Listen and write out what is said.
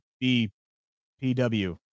b-p-w